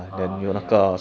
ah ya